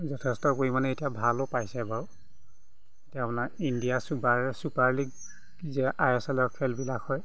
যথেষ্ট পৰিমাণে এতিয়া ভালো পাইছে বাৰু এতিয়া আপোনাৰ ইণ্ডিয়া ছুপাৰ ছুপাৰ লীগ যে আই এছ এল ৰ খেলবিলাক হয়